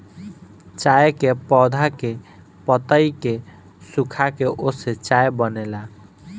चाय के पौधा के पतइ के सुखाके ओसे चाय बनेला